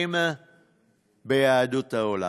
שנמצאים ביהדות העולם.